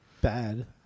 bad